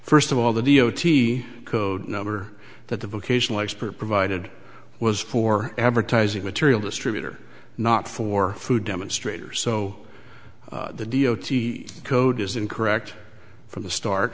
first of all the d o t code number that the vocational expert provided was for advertising material distributor not for food demonstrators so the d o t code is incorrect from the start